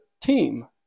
team